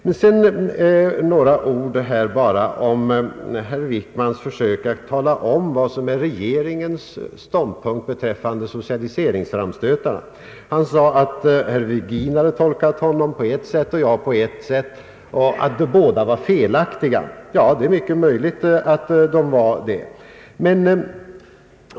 Jag vill något kommentera herr Wickmans försök att tala om vad som är regeringens ståndpunkt beträffande socialiseringsframstötarna. Han sade att herr Virgin hade tolkat honom på ett sätt och jag på ett annat samt att båda sätten var felaktiga. Ja, det är mycket möjligt att de var det.